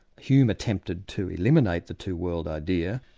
hume attempted to eliminate the two world idea,